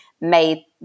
made